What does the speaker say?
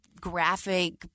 graphic